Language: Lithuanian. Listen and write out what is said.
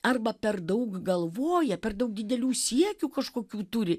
arba per daug galvoja per daug didelių siekių kažkokių turi